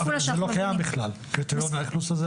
עפולה שאנחנו --- אבל זה לא קיים בכלל קריטריון האכלוס הזה,